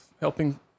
helping